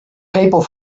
people